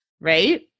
right